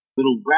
Little